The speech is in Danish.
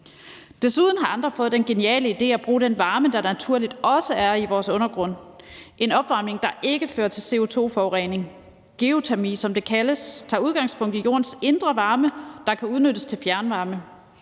Desuden har andre fået den geniale idé at bruge den varme, der naturligt også er i vores undergrund – en opvarmning, der ikke fører til CO2-forurening. Geotermi, som det kaldes, tager udgangspunkt i jordens indre varme, der kan udnyttes til fjernvarme.